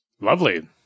Lovely